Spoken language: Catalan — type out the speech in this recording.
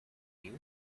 riu